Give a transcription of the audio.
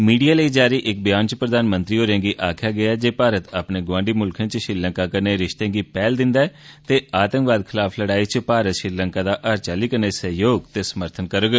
media लेई जारी इक ब्यान च प्रधानमंत्री होरें गी आक्खेया जे भारत अपने गोआंडी मुल्खे च श्रीलंका कन्नै रिश्ते गी पैहल दिन्दा ऐ ते आतंकवाद खिलाफ लड़ाई च भारत श्रीलंका दा हर चाली कन्नै सहयोग ते समर्थन करोग